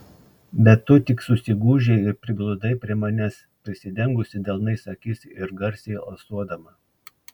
bet tu tik susigūžei ir prigludai prie manęs pridengusi delnais akis ir garsiai alsuodama